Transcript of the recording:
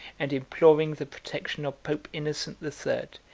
and imploring the protection of pope innocent the third,